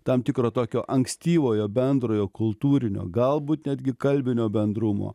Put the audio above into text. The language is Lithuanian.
tam tikro tokio ankstyvojo bendrojo kultūrinio galbūt netgi kalbinio bendrumo